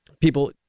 people